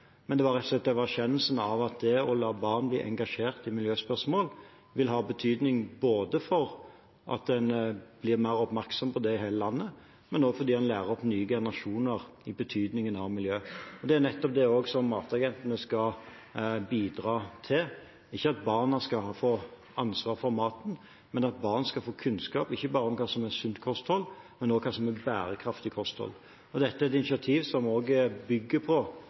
men det var rett og slett en erkjennelse av at det å la barn bli engasjert i miljøspørsmål vil ha betydning for at en blir mer oppmerksom på det i hele landet, og fordi en lærer opp nye generasjoner i betydningen av miljø. Det er nettopp det matagentene skal bidra til – ikke at barna skal få ansvaret for maten, men at barn skal få kunnskap, ikke bare om hva som er et sunt kosthold, men også om hva som er et bærekraftig kosthold. Dette er et initiativ som bygger på et bredt samarbeid med privat og ideell sektor, der de store organisasjonene er